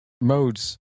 modes